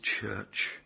church